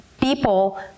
people